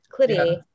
clitty